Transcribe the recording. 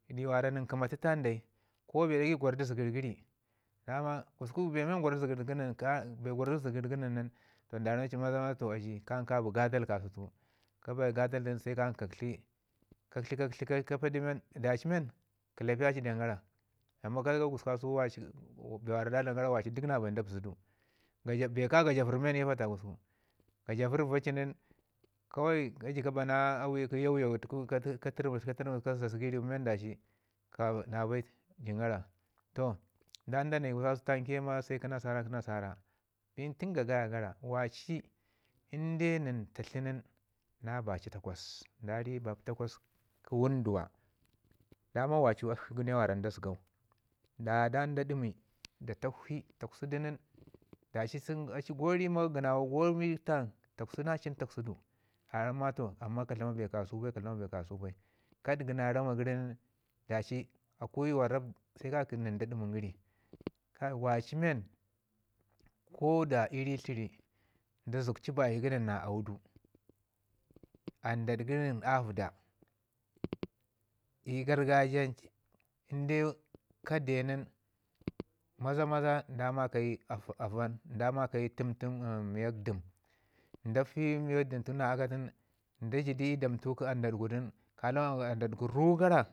a ka cin gara i bazhi, a ka cin gara. Gatan gara tunu se ka ki akshi se da ye tlakwdaru bana tlakwdarun a dasana ri wara anɗaɗ tun vərəu sunatan go bee go bee a rakənada zuwe ci kwargun ko dabana gadai dagai da zuwu du ko kwargun dagai zuwa ka sau da zuwu du na ankal na ankal na ankal na ankal se ka ki warau men na bai bina raama, se ka ki tufin gəri ankal gəri go bee ɗagai. Baal jandu tuku baal zaman wara nasara deu bi ke nan. Amman gususku bee wakatun gara rap se ka ki ma da da i ri kasau da da i ri kasau se nda ma fotu gu men san nin da ki amman waci baal jandu tuku wana nda kə wana tuku. Na nda wuna rashi kəlapiya kaya ii ri zəgaucin, bee jib na tatlu kaya ii ri baci takwas, bee duk bee ta se na zəda təta tawanke inde kə kəmu təta nin toh da rame ci a ji ri wane. So bee ka ja bikɗa men gususku kasau bikɗa men ko gaɗi nən daya dan da ba ri ci gadal gu, a ji ii ri wane ai na gadal kasau tuku, gwargun ke nan kə gargajiyau. Tətan da bari ci tunu ka lawan gususku a bauna na gafagau gu, təta a bauna gafagau gu shikke nan na bai na ankal na ankal sai kadan kaje ji ka cu i ri warau nin a gugguye ci yanu gu